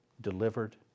Delivered